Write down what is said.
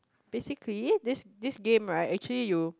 basically this this game right actually you